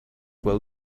will